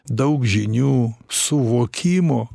daug žinių suvokimo